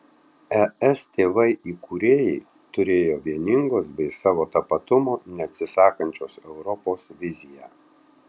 es tėvai įkūrėjai turėjo vieningos bei savo tapatumo neatsisakančios europos viziją